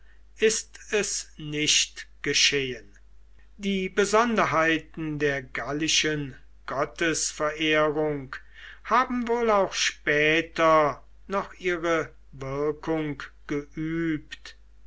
ist es nicht geschehen die besonderheiten der gallischen gottesverehrung haben wohl auch später noch ihre wirkung geübt